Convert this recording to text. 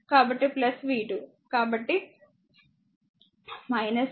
కాబట్టి v 2 కాబట్టి 5 v1 v2 0